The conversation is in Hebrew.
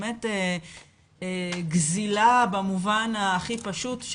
באמת גזלה במובן הכי פשוט,